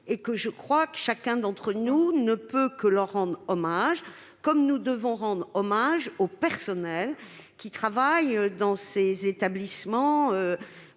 Aussi, chacun d'entre nous ne peut que leur rendre hommage, comme nous devons rendre hommage aux personnels qui travaillent dans ces établissements